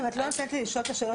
אם את לא נותנת לי לשאול את השאלות,